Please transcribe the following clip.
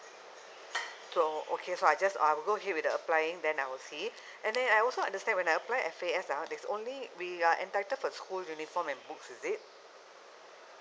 so okay so I'll just I'll go ahead with the applying then I'll see and then I also understand when I apply F_A_S ah there's only we are entitled for school uniform and books is it